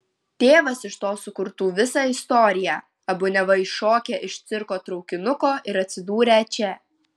tėvas iš to sukurtų visą istoriją abu neva iššokę iš cirko traukinuko ir atsidūrę čia